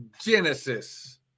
Genesis